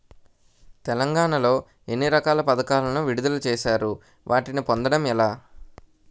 తెలంగాణ లో ఎన్ని రకాల పథకాలను విడుదల చేశారు? వాటిని పొందడం ఎలా?